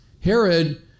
Herod